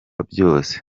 byose